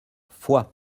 foix